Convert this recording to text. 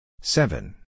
Seven